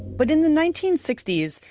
but in the nineteen sixty s,